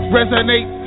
Resonate